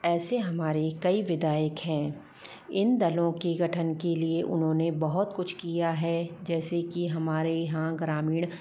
ऐसे हमारे कई विधायक हैं इन दलों के गठन के लिए उन्होने बहुत कुछ किया है जैसे की हमारे यहाँ ग्रामीण